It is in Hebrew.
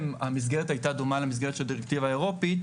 המסגרת הייתה דומה למסגרת של דירקטיבה אירופית,